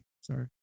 Sorry